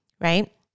right